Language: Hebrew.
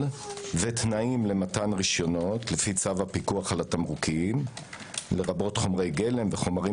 ותנאים למתן רשיונות לפי צו הפיקוח על התמרוקים לרבות חומרי גלם וחומרים